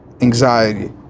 anxiety